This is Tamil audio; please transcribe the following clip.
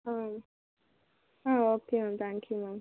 ஆ ஆ okay ma'am thank you ma'am